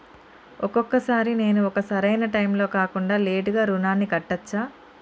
ఒక్కొక సారి నేను ఒక సరైనా టైంలో కాకుండా లేటుగా రుణాన్ని కట్టచ్చా?